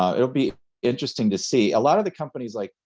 it'll be interesting to see. a lot of the companies like,